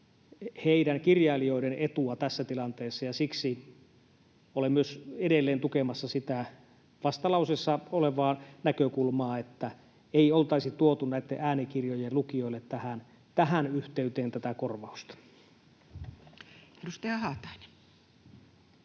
— kirjailijoiden etua tässä tilanteessa, ja siksi olen myös edelleen tukemassa sitä vastalauseessa olevaa näkökulmaa, että ei oltaisi tuotu näiden äänikirjojen lukijoille tähän yhteyteen tätä korvausta. [Speech